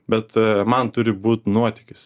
bet man turi būt nuotykis